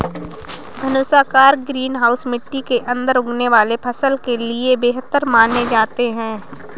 धनुषाकार greenhouse मिट्टी के अंदर उगने वाले फसल के लिए बेहतर माने जाते हैं